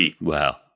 Wow